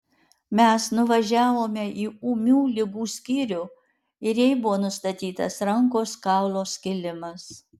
mes nuvažiavome į ūmių ligų skyrių ir jai buvo nustatytas rankos kaulo skilimas